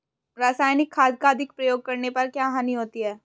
रासायनिक खाद का अधिक प्रयोग करने पर क्या हानि होती है?